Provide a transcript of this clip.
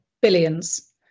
billions